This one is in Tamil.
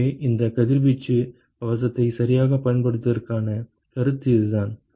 எனவே இந்த கதிர்வீச்சு கவசத்தை சரியாகப் பயன்படுத்துவதற்கான கருத்து இதுதான்